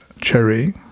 Cherry